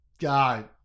God